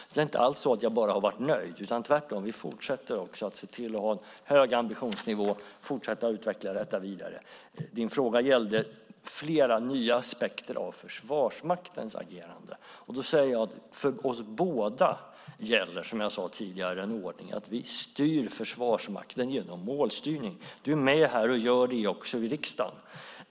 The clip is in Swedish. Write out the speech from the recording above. Jag har inte alls bara varit nöjd, utan vi fortsätter tvärtom att se till att ha en ambitionsnivå och fortsätta att utveckla detta vidare. Din fråga gällde flera nya aspekter av Försvarsmaktens agerande, Tina Ehn. Jag sade att för oss både gäller den ordningen att vi styr Försvarsmakten genom målstyrning. Du är också med och gör det här i riksdagen.